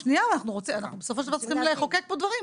שנייה, אנחנו בסופו של דבר צריכים לחוקק פה דברים.